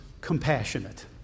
compassionate